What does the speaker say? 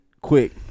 Quick